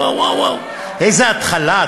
וואו, וואו, וואו, איזו התחלה.